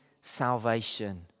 salvation